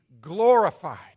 glorified